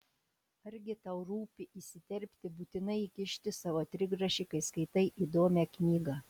argi tau rūpi įsiterpti būtinai įkišti savo trigrašį kai skaitai įdomią knygą